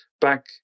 back